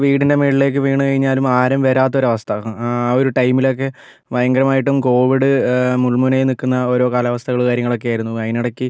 വീടിൻ്റെ മേളിലേക്ക് വീണ് കഴിഞ്ഞാലും ആരും വരാത്ത ഒരവസ്ഥ ആ ഒരു ടൈമിലൊക്കെ ഭയങ്കരമായിട്ടും കോവിഡ് മുൾമുനയിൽ നിൽക്കുന്ന ഓരോ കാലാവസ്ഥകളും കാര്യങ്ങളൊക്കെയായിരുന്നു അതിനിടയ്ക്ക്